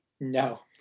No